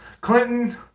Clinton